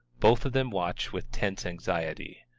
both of them watch with tense anxiety.